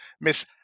Miss